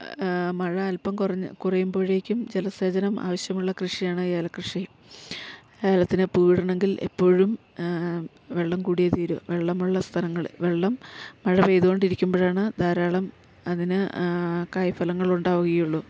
മഴ അൽപം കുറഞ്ഞ് കുറയുമ്പോഴേക്കും ജലസേചനം ആവശ്യമുള്ള കൃഷിയാണ് ഏല കൃഷി ഏലത്തിന് പൂവിടണമെങ്കിൽ എപ്പോഴും വെള്ളം കൂടിയേ തീരു വെള്ളമുള്ള സ്ഥലങ്ങൾ വെള്ളം മഴ പെയ്ത് കൊണ്ടിരിക്കുമ്പോഴാണ് ധാരാളം അതിന് കായ് ഫലങ്ങളുണ്ടാകുകയുള്ളു